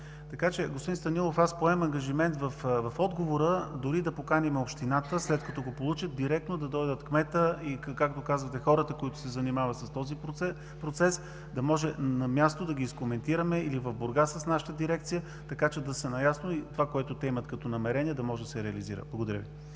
Така че, господин Станилов, аз поемам ангажимент в отговора дори да поканим общината, след като го получа, директно да дойдат кметът и хората, както казвате, които се занимават с този процес, да може на място да ги изкоментираме, или в Бургас с нашата дирекция, така че да са наясно и това, което те имат като намерение, да може да се реализира. Благодаря Ви.